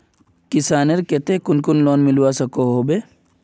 किसानेर केते कुन कुन लोन मिलवा सकोहो होबे?